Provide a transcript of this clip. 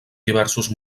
diversos